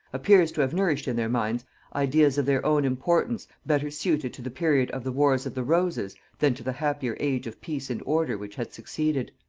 appears to have nourished in their minds ideas of their own importance better suited to the period of the wars of the roses than to the happier age of peace and order which had succeeded.